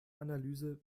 analyse